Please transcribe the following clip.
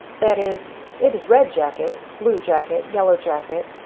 that is, it is red jacket, blue jacket, yellow jacket,